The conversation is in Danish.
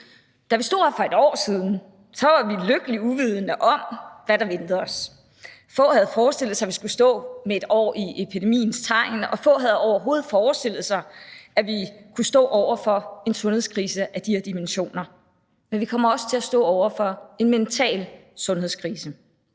Da vi stod her for et år siden, var vi lykkeligt uvidende om, hvad der ventede os. Få havde forestillet sig, at vi skulle stå med et år i epidemiens tegn, og få havde overhovedet forestillet sig, at vi kunne stå over for en sundhedskrise af de her dimensioner. Men vi kommer også til at stå over for en mental sundhedskrise.